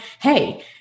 hey